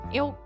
eu